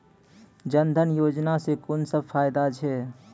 जनधन योजना सॅ कून सब फायदा छै?